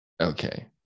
Okay